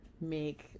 Make